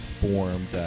formed